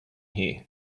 here